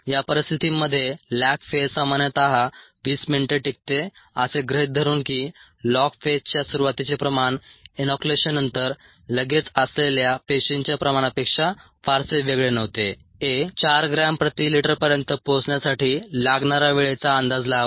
या परिस्थितींमध्ये lag phase सामान्यतः 20 मिनिटे टिकते असे गृहीत धरून की लॉग फेजच्या सुरूवातीचे प्रमाण इनोक्युलेशननंतर लगेच असलेल्या पेशींच्या प्रमाणापेक्षा फारसे वेगळे नव्हते ए 4 ग्रॅम प्रति लिटरपर्यंत पोहोचण्यासाठी लागणारा वेळेचा अंदाज लावा